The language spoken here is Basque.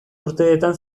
urteetan